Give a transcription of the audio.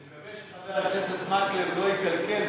אני מקווה שחבר הכנסת מקלב לא יקלקל,